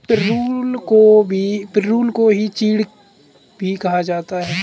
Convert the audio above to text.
पिरुल को ही चीड़ भी कहा जाता है